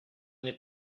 n’est